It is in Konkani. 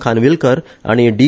खानविलकर आनी डि